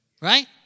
Right